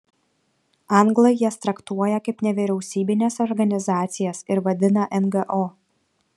anglai jas traktuoja kaip nevyriausybines organizacijas ir vadina ngo